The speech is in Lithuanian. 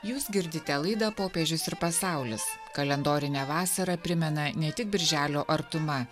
jūs girdite laidą popiežius ir pasaulis kalendorinę vasarą primena ne tik birželio artuma